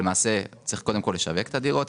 צריך קודם לשווק את הדירות,